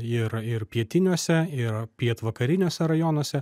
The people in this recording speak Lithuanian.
ir ir pietiniuose ir pietvakariniuose rajonuose